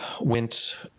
went